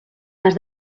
les